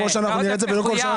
כל שנה רואים את זה.